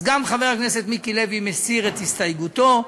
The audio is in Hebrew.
גם חבר הכנסת מיקי לוי מסיר את הסתייגותו,